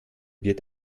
wird